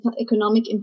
economic